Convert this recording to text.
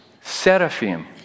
seraphim